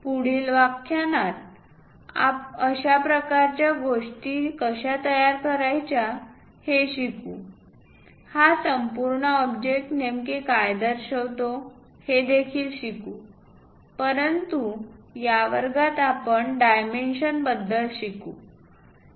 पुढील व्याख्यानात अशा प्रकारच्या गोष्टी कशा तयार करायच्या हे शिकू हा संपूर्ण ऑब्जेक्ट नेमके काय दर्शवितो हे देखील शिकू परंतु या वर्गात आपण डायमेन्शन बद्दल शिकू